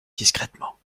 discrètement